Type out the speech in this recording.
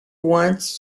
want